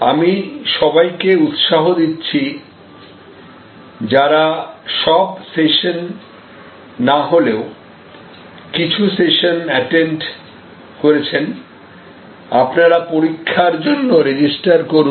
আমি সবাইকে উৎসাহ দিচ্ছি যারা সব সেশন না হলেও কিছু সেশন এটেন্ড করেছেন আপনারা পরীক্ষার জন্য রেজিস্টার করুন